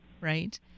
Right